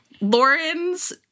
Lauren's